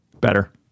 Better